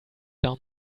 down